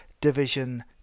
Division